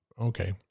Okay